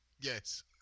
Yes